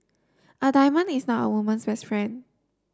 a diamond is not a woman's best friend